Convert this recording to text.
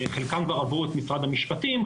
חלקם כבר עברו את משרד המשפטים,